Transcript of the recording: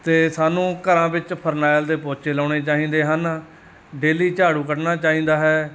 ਅਤੇ ਸਾਨੂੰ ਘਰਾਂ ਵਿੱਚ ਫਰਨੈਲ ਦੇ ਪੋਚੇ ਲਗਾਉਣੇ ਚਾਹੀਦੇ ਹਨ ਡੇਲੀ ਝਾੜੂ ਕੱਢਣਾ ਚਾਹੀਦਾ ਹੈ